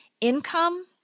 income